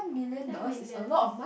ten million